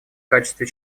качестве